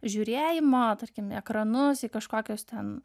žiūrėjimo tarkim į ekranus į kažkokius ten